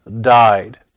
died